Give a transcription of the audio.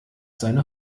seine